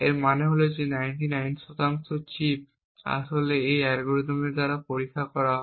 এর মানে হল যে 99 শতাংশ চিপ আসলে এই অ্যালগরিদমগুলি দ্বারা পরীক্ষা করা হয়